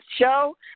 show